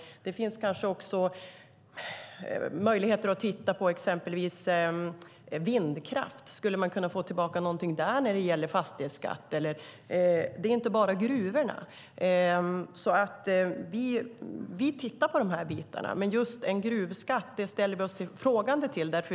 Det finns kanske också möjligheter att titta på exempelvis vindkraft. Skulle man kunna få tillbaka någonting där när det gäller fastighetsskatt? Det är inte bara gruvorna. Vi tittar på de här bitarna, men just en gruvskatt ställer vi oss frågande till.